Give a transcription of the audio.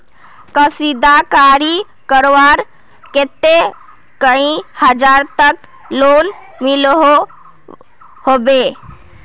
कशीदाकारी करवार केते कई हजार तक लोन मिलोहो होबे?